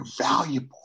valuable